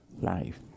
life